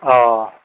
औ